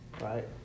Right